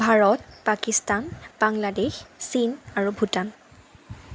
ভাৰত পাকিস্তান বাংলাদেশ চীন আৰু ভূটান